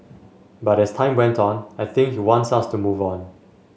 but as time went on I think he wants us to move on